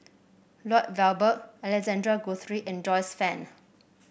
Lloyd Valberg Alexander Guthrie and Joyce Fan